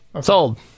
sold